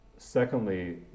Secondly